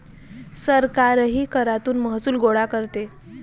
सरकारही करातून महसूल गोळा करते